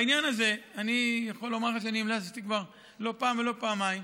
בעניין הזה אני יכול לומר לך שאני המלצתי כבר לא פעם אחת ולא פעמיים.